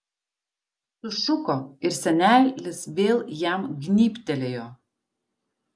sušuko ir senelis vėl jam gnybtelėjo